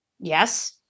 Yes